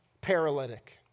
paralytic